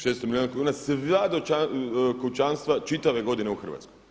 600 milijuna kuna sva kućanstva čitave godine u Hrvatskoj.